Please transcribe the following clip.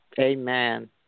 Amen